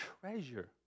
treasure